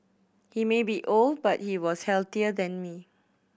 he may be old but he was healthier than me